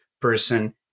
person